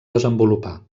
desenvolupar